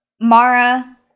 Mara